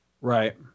Right